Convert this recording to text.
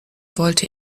wollte